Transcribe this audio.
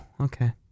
okay